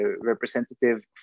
representative